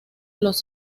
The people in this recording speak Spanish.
los